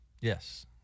Yes